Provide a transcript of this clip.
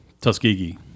Tuskegee